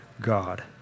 God